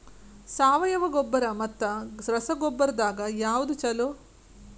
ಸಾವಯವ ಗೊಬ್ಬರ ಮತ್ತ ರಸಗೊಬ್ಬರದಾಗ ಯಾವದು ಛಲೋ?